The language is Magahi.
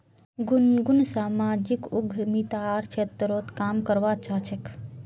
गुनगुन सामाजिक उद्यमितार क्षेत्रत काम करवा चाह छेक